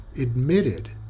admitted